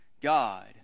God